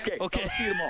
Okay